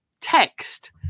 text